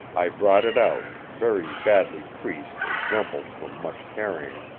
i brought it out, very badly creased and rumpled from much carrying,